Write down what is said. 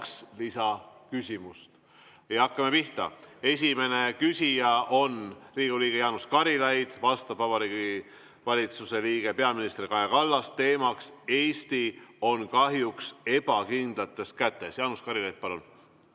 Hakkame pihta. Esimene küsija on Riigikogu liige Jaanus Karilaid, vastab Vabariigi Valitsuse liige, peaminister Kaja Kallas, teema on "Eesti on kahjuks ebakindlates kätes". Jaanus Karilaid, palun!